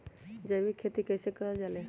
जैविक खेती कई से करल जाले?